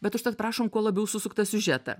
bet užtat prašom kuo labiau susuktą siužetą